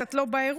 קצת לא באירוע,